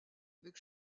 avec